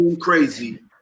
crazy